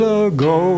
ago